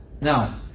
Now